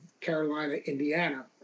Carolina-Indiana